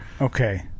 Okay